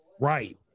Right